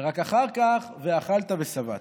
ורק אחר כך "ואכלת ושבעת".